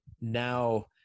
now